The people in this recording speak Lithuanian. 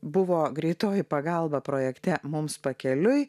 buvo greitoji pagalba projekte mums pakeliui